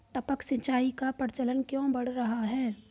टपक सिंचाई का प्रचलन क्यों बढ़ रहा है?